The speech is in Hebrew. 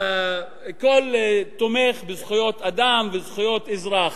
כל תומך בזכויות אדם וזכויות אזרח.